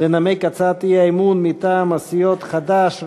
לנמק הצעת אי-אמון מטעם הסיעות חד"ש,